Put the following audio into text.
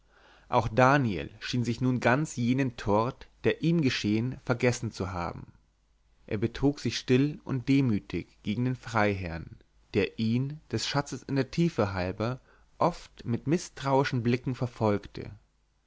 auch daniel schien nun ganz jenen tort der ihm geschehen vergessen zu haben er betrug sich still sind demütig gegen den freiherrn der ihn des schatzes in der tiefe halber oft mit mißtrauischen blicken verfolgte